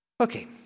Okay